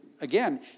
again